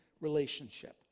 relationship